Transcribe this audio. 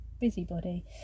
busybody